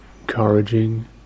encouraging